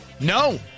No